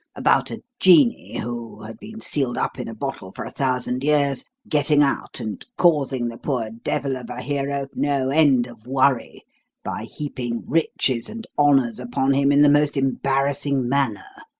about a genie who had been sealed up in a bottle for a thousand years getting out and causing the poor devil of a hero no end of worry by heaping riches and honours upon him in the most embarrassing manner.